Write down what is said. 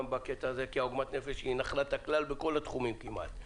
כי עגמת הנפש היא נחלת הכלל בכל התחומים כמעט,